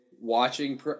watching